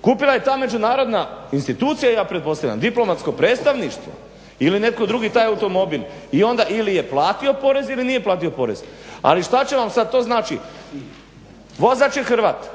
Kupila je ta međunarodna institucija ja pretpostavljam, diplomatsko predstavništvo ili netko drugi taj automobil i onda ili je platio porez ili nije platio porez. Ali šta će vam to sad. Znači, vozač je Hrvat,